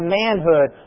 manhood